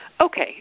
Okay